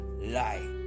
lie